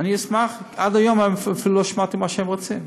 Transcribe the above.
אני אשמח, עד היום אפילו לא שמעתי מה שהם רוצים.